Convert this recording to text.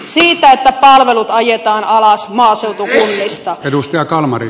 siitä että palvelut ajetaan alas maaseutukunnista